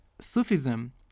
Sufism